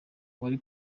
wari